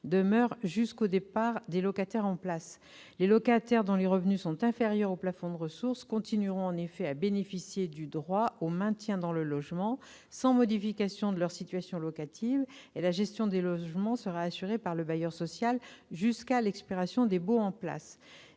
demeurent jusqu'au départ des locataires en place. Les locataires dont les revenus sont inférieurs aux plafonds de ressources continueront en effet à bénéficier du droit au maintien dans le logement sans modification de leur situation locative et la gestion des logements sera assurée par le bailleur social jusqu'à l'expiration des baux en place.